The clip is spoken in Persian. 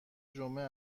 جمعه